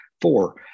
four